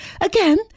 Again